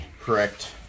correct